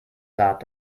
saat